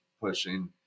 pushing